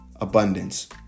abundance